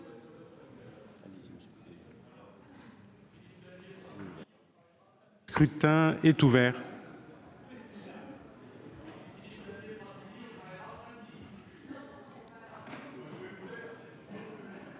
Le scrutin est ouvert.